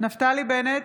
נפתלי בנט,